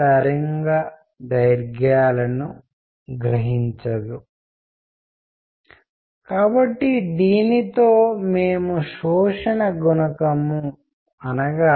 రెండింటి మధ్య వ్యత్యాసం మరియు సాఫ్ట్ స్కిల్స్ నేపథ్యంలో కమ్యూనికేషన్ యొక్క ప్రాముఖ్యతను హైలైట్ చేసిన తరువాత ఇప్పుడు మొదలు పెడదాం ఒక ప్రాథమిక ప్రశ్నతోటి కమ్యూనికేషన్ అంటే ఏమిటి